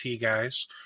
guys